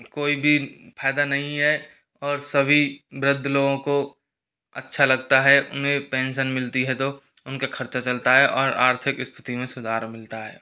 कोई भी फ़ायदा नहीं है और सभी वृद्ध लोगों को अच्छा लगता है उन्हें पेंसन मिलती है तो उनका ख़र्चा चलता है और आर्थिक स्थिति में सुधार मिलता है